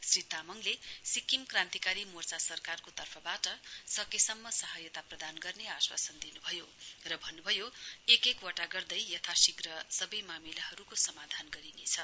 श्री तामङले सिक्किम क्रान्तिकारी मोर्चा सरकारको तर्फबाट सकेसम्म सहायता प्रदान गर्ने आश्वासन दिनुभयो र भन्नुभयो एक एक वटा गर्दै यथाशीघ्र सवै मामिलाहरुको समाधान गरिनेछ